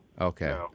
Okay